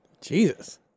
Jesus